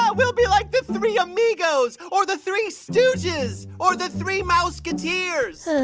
ah, we'll be like the three amigos or the three stooges or the three mouseketeers ah